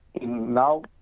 now